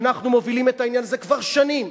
אנחנו מובילים את העניין הזה כבר שנים,